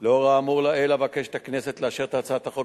לאור האמור לעיל אבקש מהכנסת לאשר את הצעת החוק